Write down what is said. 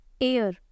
Air